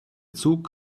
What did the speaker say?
zug